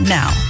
now